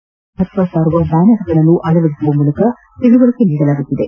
ಮತದಾನದ ಮಹತ್ವ ಸಾರುವ ಬ್ಯಾನರ್ಗಳನ್ನು ಅಳವದಿಸುವ ಮೂಲಕ ತಿಳುವಳಿಕೆ ನೀಡಲಾಗುತ್ತಿದೆ